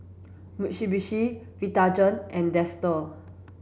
Mitsubishi Vitagen and Dester